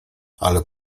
ale